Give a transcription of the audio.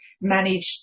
manage